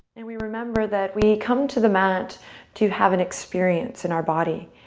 and we remember that we come to the mat to have an experience in our body.